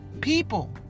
people